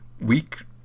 week